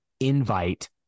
invite